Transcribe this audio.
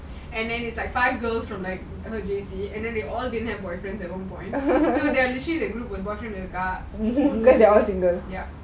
and then it's like five girls from my J_C and then they all didn't have boyfriends at one point so they are usually the group with the boyfriend with the car